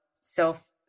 self